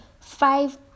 five